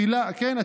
כן,